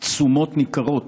תשומות ניכרות